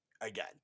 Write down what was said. Again